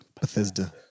Bethesda